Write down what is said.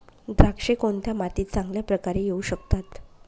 द्राक्षे कोणत्या मातीत चांगल्या प्रकारे येऊ शकतात?